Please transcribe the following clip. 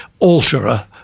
alterer